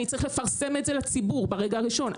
אני צריך לפרסם את זה לציבור ברגע הראשון,